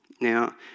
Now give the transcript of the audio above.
Now